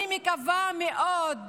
אני מקווה מאוד,